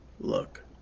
look